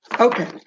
Okay